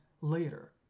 later